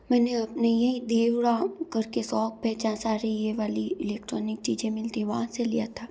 मैंने अपनी ये देवरा कर के सोप है जहाँ सारी ये वाली इलेक्ट्रॉनिक चीज़ें मिलती है वहाँ से लिया था